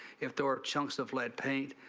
if toward chunks of lead paint.